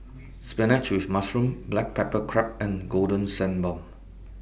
Spinach with Mushroom Black Pepper Crab and Golden Sand Bun